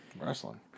Wrestling